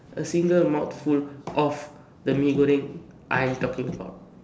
a single mouthful of the Mee-Goreng I am talking about